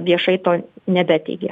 viešai to nebeteigia